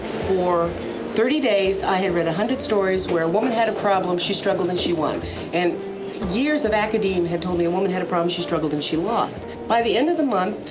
for thirty days, i had read one hundred stories where a woman had a problem, she struggled, and she won and years of academia had told me a woman had a problem, she struggled, and she lost. by the end of the month,